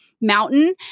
mountain